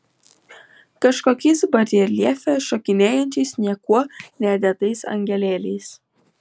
kažkokiais bareljefe šokinėjančiais niekuo nedėtais angelėliais